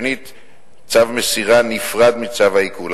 2. צו מסירה נפרד מצו העיקול,